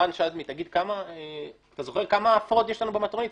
רן שדמי, אתה זוכר כמה הפרות יש לנו במטרונית?